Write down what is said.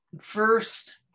first